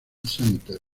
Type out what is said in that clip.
center